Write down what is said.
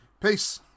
peace